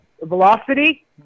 Velocity